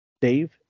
Dave